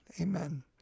Amen